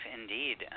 indeed